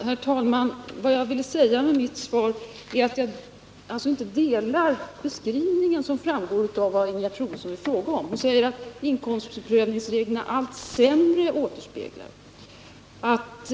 Herr talman! Vad jag har velat säga i mitt svar är att jag inte kan instämma i den beskrivning som Ingegerd Troedsson gör. Hon säger att ”inkomstprövningsreglerna allt sämre återspeglar hushållens ekonomiska bärkraft”.